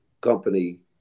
company